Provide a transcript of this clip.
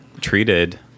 treated